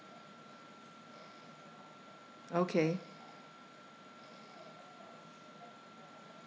okay